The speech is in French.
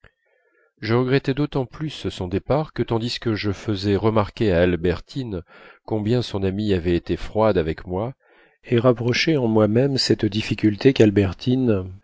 je regrettai d'autant plus son départ que tandis que je faisais remarquer à albertine combien son amie avait été froide avec moi et rapprochais en moi-même cette difficulté